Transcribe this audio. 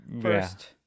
first